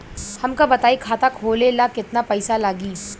हमका बताई खाता खोले ला केतना पईसा लागी?